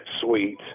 Sweet